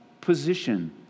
position